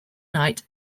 night